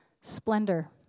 splendor